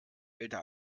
älter